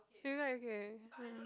it's quite okay